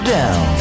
down